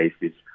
basis